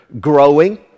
growing